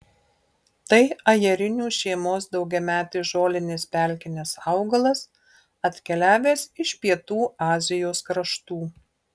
tai ajerinių šeimos daugiametis žolinis pelkinis augalas atkeliavęs iš pietų azijos kraštų